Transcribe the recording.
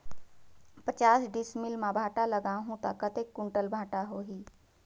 पचास डिसमिल मां भांटा लगाहूं ता कतेक कुंटल भांटा होही?